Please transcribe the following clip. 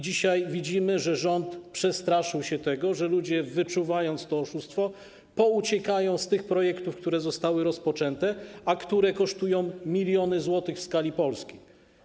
Dzisiaj widzimy, że rząd przestraszył się tego, że ludzie, wyczuwając to oszustwo, pouciekają z tych projektów, które zostały rozpoczęte, a które kosztują miliony złotych w skali Polski.